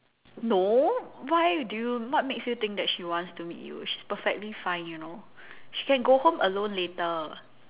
no why do you what makes you think that she wants to meet you she's perfectly fine you know she can go home alone later